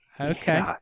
Okay